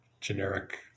generic